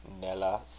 Nella